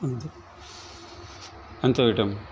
ಅಂಥ ಅಂಥವ್ ಐಟಮ್